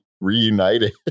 reunited